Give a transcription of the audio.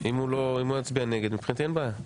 אם הוא יצביע נגד, מבחינתי, אין בעיה.